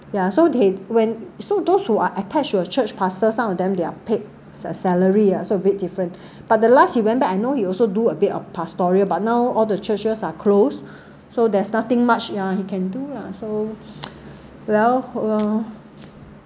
ya so they when so those who are attached to a church pastor some of them they are paid sa~ salary lah so a bit different but the last you went back I know you also do a bit of pass story about now all the churches are closed so there's nothing much ya you can do lah uh so well uh